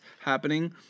happening